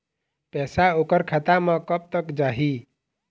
पैसा ओकर खाता म कब तक जाही?